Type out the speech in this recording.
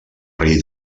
rei